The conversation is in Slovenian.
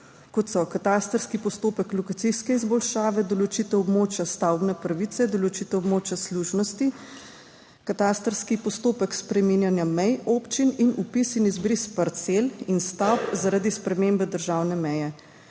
kot so katastrski postopek, lokacijske izboljšave, določitev območja stavbne pravice, določitev območja služnosti, katastrski postopek spreminjanja mej občin in vpis in izbris parcel in stavb zaradi spremembe državne meje.